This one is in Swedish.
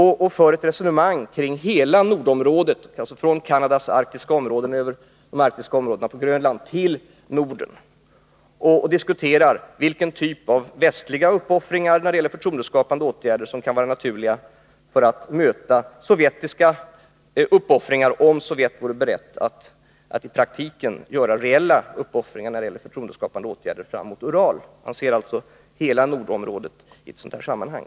Han för ett resonemang kring hela nordområdet, från Canadas arktiska områden och över de arktiska områdena i Grönland till Norden, och han diskuterar vilken typ av västliga uppoffringar i form av förtroendeskapande åtgärder som kunde vara naturliga för att möta sovjetiska uppoffringar, om Sovjet vore berett att i praktiken göra reella åtaganden när det gäller förtroendeskapande åtgärder fram emot Ural. Han ser alltså hela nordområdet i ett sådant sammanhang.